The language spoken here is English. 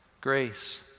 Grace